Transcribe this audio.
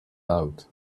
out